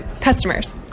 customers